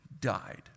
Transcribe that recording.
died